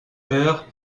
père